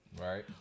Right